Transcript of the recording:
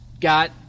got